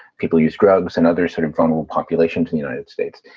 people use drugs and other sort of vulnerable population to the united states.